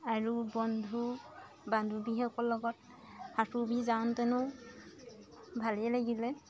আৰু বন্ধু বান্ধুৱীসকল লগত সাঁতুৰি যাওঁতেনো ভালেই লাগিলে